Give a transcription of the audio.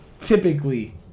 typically